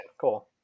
Cool